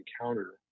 encounter